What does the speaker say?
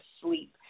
sleep